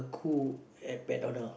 cook at McDonald